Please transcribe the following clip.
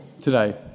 today